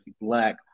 Black